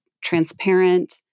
transparent